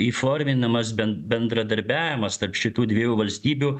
įforminamas ben bendradarbiavimas tarp šitų dviejų valstybių